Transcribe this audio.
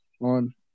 on